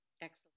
Excellent